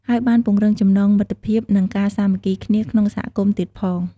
ហើយបានពង្រឹងចំណងមិត្តភាព និងការសាមគ្គីគ្នាក្នុងសហគមន៍ទៀតផង។